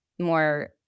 more